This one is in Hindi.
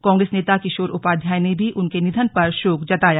कांग्रेस नेता किशोर उपाध्याय ने भी उनके निधन पर शोक जताया